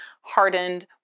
hardened